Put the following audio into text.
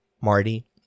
Marty